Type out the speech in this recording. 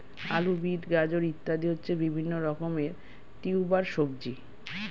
আলু, বিট, গাজর ইত্যাদি হচ্ছে বিভিন্ন রকমের টিউবার সবজি